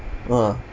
ah